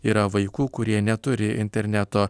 yra vaikų kurie neturi interneto